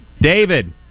David